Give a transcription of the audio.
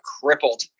crippled